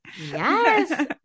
Yes